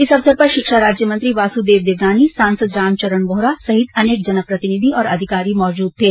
इस अवसर पर शिक्षा राज्य मंत्री वासुदेव देवनानी सांसद रामचरण बोहरा सहित अनेक जनप्रतिनिधि और अधिकारी मौजूद थे